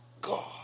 God